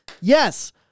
Yes